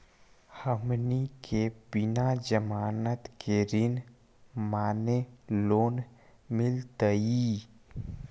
हमनी के बिना जमानत के ऋण माने लोन मिलतई?